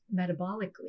metabolically